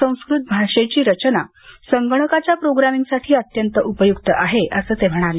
संस्कृत भाषेची रचना संगणकाच्या प्रोग्रामिंगसाठी अत्यंत उपयूक्त आहे अस ते म्हणाले